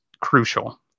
crucial